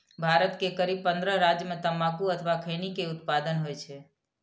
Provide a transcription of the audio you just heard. भारत के करीब पंद्रह राज्य मे तंबाकू अथवा खैनी के उत्पादन होइ छै